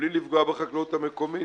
בלי לפגוע בחקלאות המקומית,